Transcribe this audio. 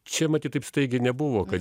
čia matyt taip staigiai nebuvo kad